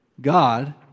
God